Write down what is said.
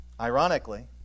Ironically